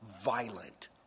Violent